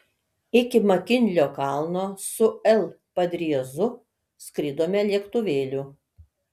iki makinlio kalno su l padriezu skridome lėktuvėliu